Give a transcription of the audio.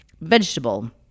vegetable